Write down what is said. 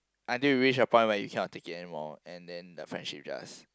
until you reach a point where you cannot take it anymore and then the friendship just